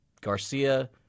Garcia